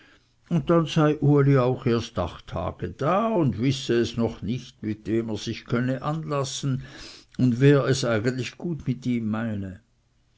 und dann sei uli auch erst acht tage da und wisse es noch nicht mit wem er sich könne anlassen und wer es eigentlich gut mit ihm meine